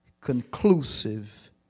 conclusive